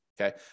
okay